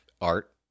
art